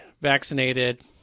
vaccinated